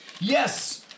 Yes